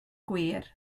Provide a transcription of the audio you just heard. gwir